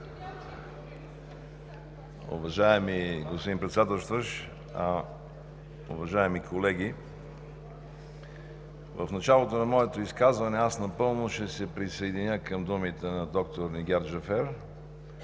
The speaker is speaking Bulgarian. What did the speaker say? Уважаеми господин Председателстващ, уважаеми колеги! В началото на моето изказване ще кажа, че напълно ще се присъединя към думите на доктор Нигяр Джафер,